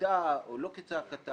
כצעקתה או לא כצעקתה.